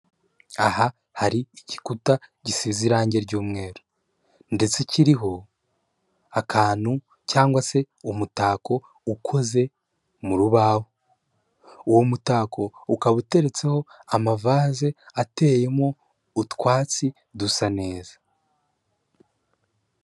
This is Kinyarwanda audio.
Aha hari igikuta gisize irangi ry'umweru ndetse kiriho akantu cyangwa se umutako ukoze mu rubaho, uwo mutako ukaba uteretseho amavase ateye mo utwatsi dusa neza.